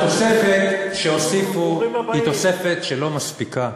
התוספת שהוסיפו לא מספיקה.